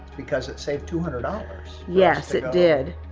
because it saved two hundred dollars. yes, it did.